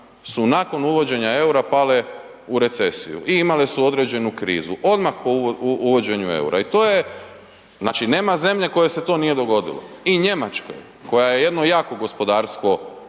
su nakon uvođenja EUR-a pale u recesiju i imale su određenu krizu, odmah po uvođenju EUR-a i to je, znači nema zemlje kojoj se to nije dogodilo i Njemačkoj koja je jedno jako gospodarstvo